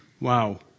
wow